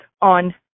on